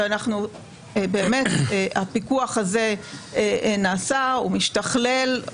הפיקוח הזה נעשה, הוא משתכלל.